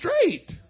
straight